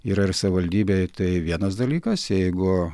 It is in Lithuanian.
yra ir savivaldybėj tai vienas dalykas jeigu